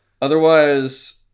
otherwise